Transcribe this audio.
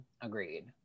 Agreed